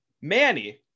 Manny